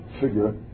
figure